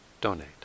donate